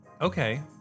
Okay